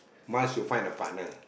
must to find a partner